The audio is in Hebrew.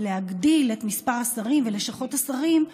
להגדיל את מספר השרים ולשכות השרים,